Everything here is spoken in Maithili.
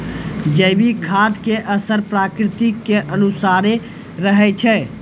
जैविक खाद के असर प्रकृति के अनुसारे रहै छै